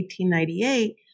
1898